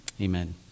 Amen